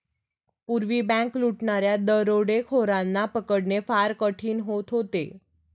पूर्वी बँक लुटणाऱ्या दरोडेखोरांना पकडणे फार कठीण होत होते